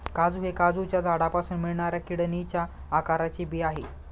काजू हे काजूच्या झाडापासून मिळणाऱ्या किडनीच्या आकाराचे बी आहे